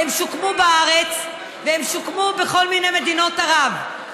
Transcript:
והם שוקמו בארץ והם שוקמו בכל מיני מדינות ערב,